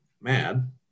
mad